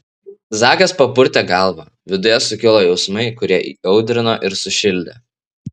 zakas papurtė galvą viduje sukilo jausmai kurie įaudrino ir sušildė